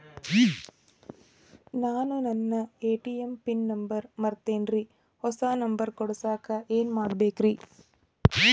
ನಾನು ನನ್ನ ATM pin number ಮರ್ತೇನ್ರಿ, ಹೊಸಾ ನಂಬರ್ ಕುಡಸಾಕ್ ಏನ್ ಮಾಡ್ಬೇಕ್ರಿ?